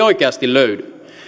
oikeasti löydy